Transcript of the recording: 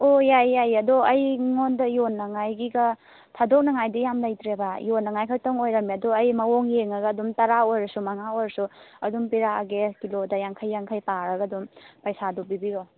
ꯑꯣ ꯌꯥꯏꯌꯦ ꯌꯥꯏꯌꯦ ꯑꯗꯣ ꯑꯩꯉꯣꯟꯗ ꯌꯣꯟꯅꯉꯥꯏꯒꯤꯒ ꯊꯥꯗꯣꯛꯅꯉꯥꯏꯗꯤ ꯌꯥꯝ ꯂꯩꯇ꯭ꯔꯦꯕ ꯌꯣꯟꯅꯉꯥꯏꯈꯛꯇꯪ ꯑꯣꯏꯔꯝꯃꯦ ꯑꯗꯣ ꯑꯩ ꯃꯑꯣꯡ ꯌꯦꯡꯉꯒ ꯑꯗꯨꯝ ꯇꯔꯥ ꯑꯣꯏꯔꯁꯨ ꯃꯉꯥ ꯑꯣꯏꯔꯁꯨ ꯑꯗꯨꯝ ꯄꯤꯔꯛꯑꯒꯦ ꯀꯤꯂꯣꯗ ꯌꯥꯡꯈꯩ ꯌꯥꯡꯈꯩ ꯄꯥꯔꯒ ꯑꯗꯨꯝ ꯄꯩꯁꯥꯗꯣ ꯄꯤꯕꯤꯔꯛꯑꯣ